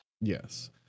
Yes